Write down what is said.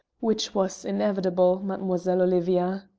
which was inevitable, mademoiselle olivia.